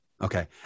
okay